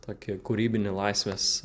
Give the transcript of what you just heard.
tokį kūrybinį laisvės